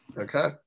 Okay